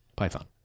python